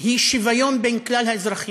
היא שוויון בין כלל האזרחים,